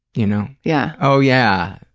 you know, yeah oh, yeah,